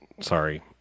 Sorry